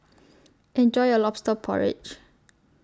Enjoy your Lobster Porridge